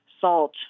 salt